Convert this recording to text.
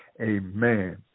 Amen